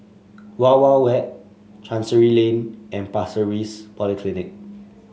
Wild Wild Wet Chancery Lane and Pasir Ris Polyclinic